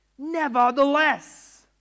Nevertheless